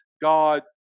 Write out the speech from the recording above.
God